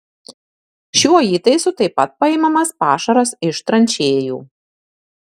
šiuo įtaisu taip pat paimamas pašaras iš tranšėjų